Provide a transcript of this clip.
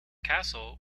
castle